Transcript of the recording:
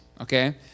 Okay